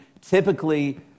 typically